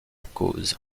cause